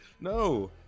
No